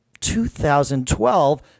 2012